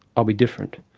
i'll be different.